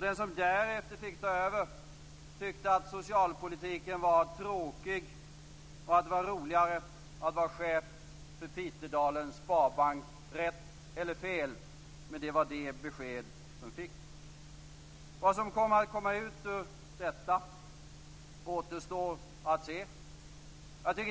Den som därefter fick ta över tyckte att socialpolitiken var tråkig och att det var roligare att vara chef för Pitedalens Sparbank. Rätt eller fel, men det var det besked vi fick. Vad som kommer att komma ut ur detta återstår att se.